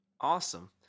awesome